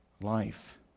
life